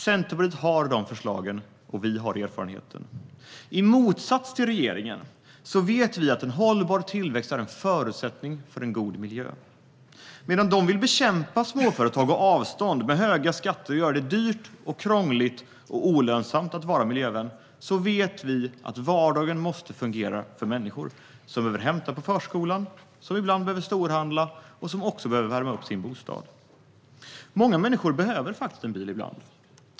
Centerpartiet har sådana förslag, och vi har också erfarenheten. I motsats till regeringen vet vi att hållbar tillväxt är en förutsättning för en god miljö. Medan de vill bekämpa småföretag och avstånd med höga skatter och göra det dyrt, krångligt och olönsamt att vara miljövän vet vi att vardagen måste fungera för människor som behöver hämta på förskolan, som ibland behöver storhandla och som behöver värma upp sin bostad. Många människor behöver en bil ibland.